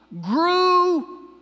grew